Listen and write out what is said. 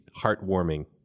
heartwarming